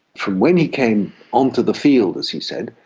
from when he came onto the field, as he said,